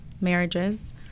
marriages